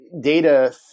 Data